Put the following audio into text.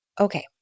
okay